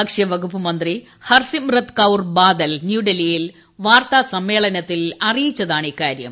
ഭക്ഷ്യവകുപ്പ് മന്ത്രി ഹർസിമ്രത് കൌർ ബാദൽ ന്യൂഡൽഹിയിൽ വാർത്താസമ്മേളനത്തിൽ അറിയിച്ചതാണ് ഇക്കാര്യം